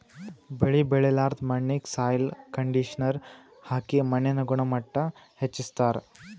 ಬೆಳಿ ಬೆಳಿಲಾರ್ದ್ ಮಣ್ಣಿಗ್ ಸಾಯ್ಲ್ ಕಂಡಿಷನರ್ ಹಾಕಿ ಮಣ್ಣಿನ್ ಗುಣಮಟ್ಟ್ ಹೆಚಸ್ಸ್ತಾರ್